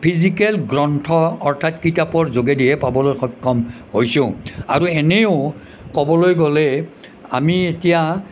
physical গ্ৰন্থ অৰ্থাৎ কিতাপৰ যোগেদিহে পাবলৈ সক্ষম হৈছোঁ আৰু এনেও ক'বলৈ গ'লে আমি এতিয়া